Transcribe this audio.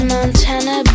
Montana